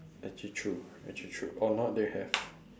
actually true actually true or not they have